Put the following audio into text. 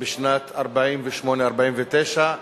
בשנת 1948/49,